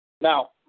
Now